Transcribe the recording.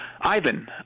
Ivan